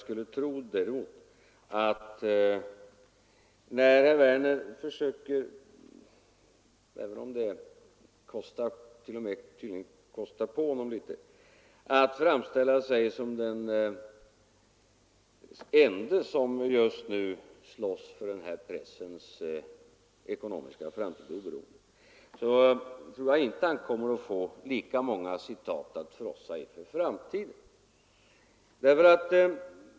Men när herr Werner försöker — även om det tydligen kostar på litet för honom — att framställa sig som den ende som just nu slåss för den här pressens ekonomiska framtid och oberoende, tror jag inte att han kommer att få lika många citat att frossa i för framtiden.